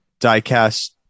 Diecast